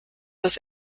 das